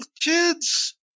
kids